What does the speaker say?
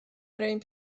این